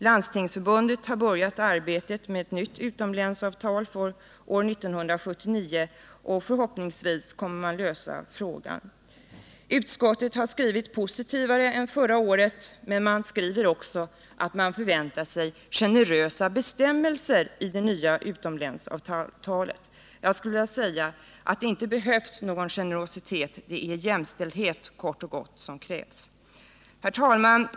Landstingsförbundet har börjat arbetet med ett nytt utomlänsavtal för år 1979, och förhoppningsvis kommer man att lösa problemen. Utskottet har skrivit positivare än förra året, och det skriver också att det förväntar sig generösa bestämmelser i det nya utomlänsavtalet. Jag skulle vilja säga att det inte behövs någon generositet, det är kort och gott jämställdhet som krävs. Herr talman!